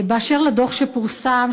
באשר לדוח שפורסם,